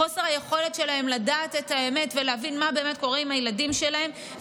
חוסר היכולת שלהם לדעת את האמת ולהבין מה באמת קורה עם הילדים שלהם.